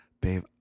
babe